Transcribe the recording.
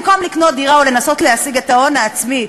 במקום לקנות דירה ולנסות להשיג את ההון העצמי,